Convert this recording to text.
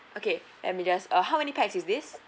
okay let me just uh how many pax is this